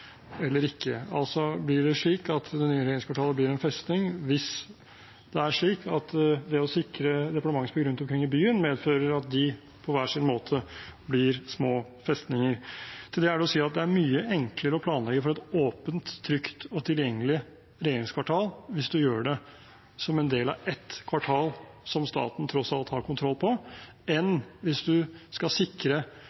eller ikke. Altså: Blir det nye regjeringskvartalet en festning hvis det å sikre departementsbygg rundt omkring i byen medfører at de på hver sin måte blir små festninger? Til det er å si at det er mye enklere å planlegge for et åpent, trygt og tilgjengelig regjeringskvartal hvis man gjør det som en del av ett kvartal som staten tross alt har kontroll på, enn